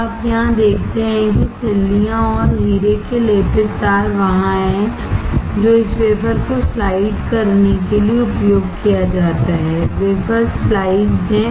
अब आप यहां देखते हैं कि सिल्लियां और हीरे के लेपित तार वहाँ हैं जो इस वेफर9wafer को स्लाइड करने के लिए उपयोग किया जाता है वेफर्स स्लाइसड है